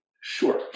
Sure